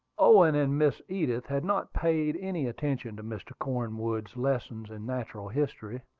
owen and miss edith had not paid any attention to mr. cornwood's lessons in natural history.